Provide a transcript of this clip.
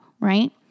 right